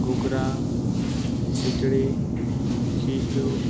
ઘૂઘરા ખીચડી ખીચું